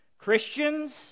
Christians